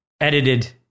edited